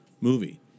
Movie